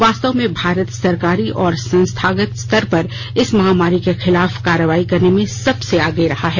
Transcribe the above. वास्तव में भारत सरकारी और संस्थागत स्तर पर इस महामारी के खिलाफ कार्रवाई करने में सबसे आगे रहा है